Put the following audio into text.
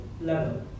level